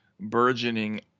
burgeoning